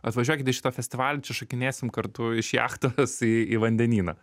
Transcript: atvažiuokit į šitą festivalį čia šokinėsim kartu iš jachtos į į vandenyną